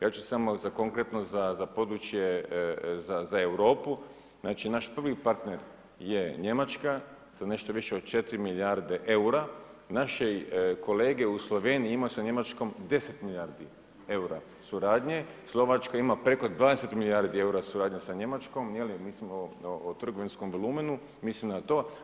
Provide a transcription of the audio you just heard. Ja ću samo konkretno za područje Europe, znači naš prvi partner je Njemačka sa nešto više od četiri milijarde eura, naši kolege u Sloveniji ima sa Njemačkom deset milijardi eura suradnje, Slovačka ima preko 20 milijardi eura suradnje sa Njemačkom, mislim o trgovinskom volumenu mislim na to.